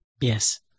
yes